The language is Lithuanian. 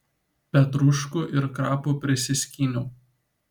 petruškų ir krapų prisiskyniau